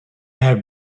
have